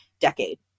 decade